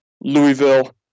Louisville